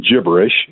gibberish